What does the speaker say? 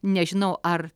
nežinau ar